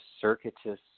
circuitous